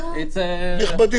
גם לפי התיקון הזה,